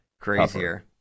crazier